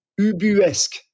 Ubuesque